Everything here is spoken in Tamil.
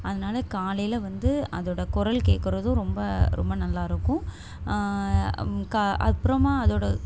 அதனால காலையில் வந்து அதோடய குரல் கேட்குறதும் ரொம்ப ரொம்ப நல்லா இருக்கும் கா அப்புறமா அதோடய